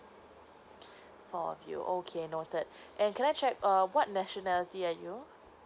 four of you okay noted and can I check err what nationality are you